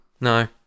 No